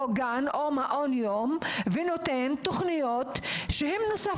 גן או מעון יום ונותן תוכניות נוספות.